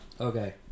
okay